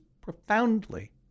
profoundly